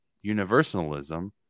universalism